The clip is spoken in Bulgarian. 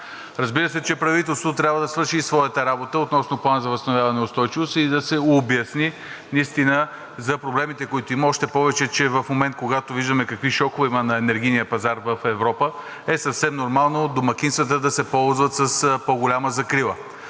Разбира се, че правителството трябва да свърши и своята работа относно Плана за възстановяване и устойчивост и да се обясни наистина за проблемите, които има, още повече че в момент, когато виждаме какви шокове има на енергийния пазар в Европа, е съвсем нормално домакинствата да се ползват с по-голяма закрила.